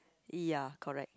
ya correct